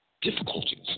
difficulties